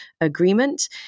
agreement